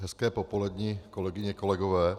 Hezké popoledni, kolegyně, kolegové.